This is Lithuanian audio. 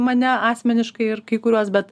mane asmeniškai ir kai kuriuos bet